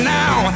now